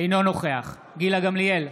אינו נוכח גילה גמליאל,